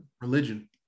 Religion